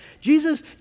Jesus